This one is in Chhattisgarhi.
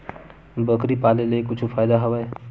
बकरी पाले ले का कुछु फ़ायदा हवय?